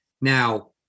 now